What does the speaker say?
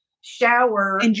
shower